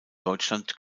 deutschland